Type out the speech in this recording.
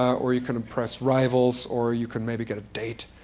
or you can impress rivals, or you can maybe get a date.